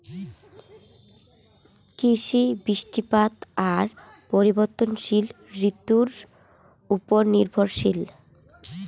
কৃষি, বৃষ্টিপাত আর পরিবর্তনশীল ঋতুর উপর নির্ভরশীল